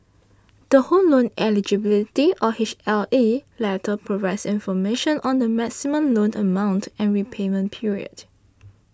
the Home Loan Eligibility or H L E letter provides information on the maximum loan amount and repayment period